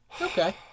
Okay